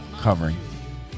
covering